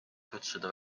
kutsuda